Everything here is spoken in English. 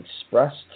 expressed